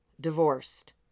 Divorced